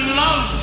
love